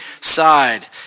side